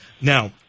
Now